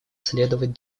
следовать